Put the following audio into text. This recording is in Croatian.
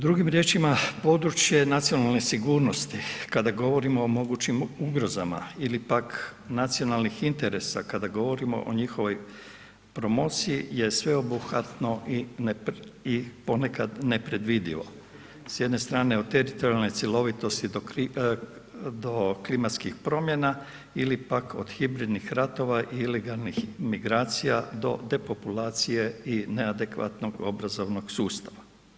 Drugim riječima, područje Nacionalne sigurnosti kada govorimo o mogućim ugrozama ili pak nacionalnih interesa kada govorimo o njihovoj promociji je sveobuhvatno i ponekad nepredvidljivo, s jedne strane od teritorijalne cjelovitosti do klimatskih promjena ili pak od hibridnih ratova i ilegalnih migracija do depopulacije i neadekvatnog obrazovnog sustava.